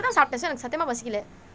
that's are present in september muscular